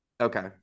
Okay